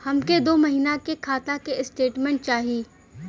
हमके दो महीना के खाता के स्टेटमेंट चाही?